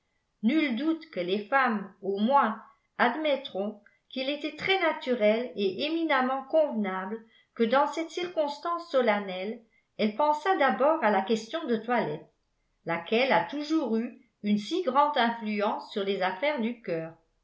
nul doute que les femmes au moins admettront qu'il était très naturel et éminemment convenable que dans cette circonstance solennelle elle pensât d'abord à la question de toilette laquelle a toujours eu une si grande influence sur les affaires du cœur